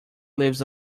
leaves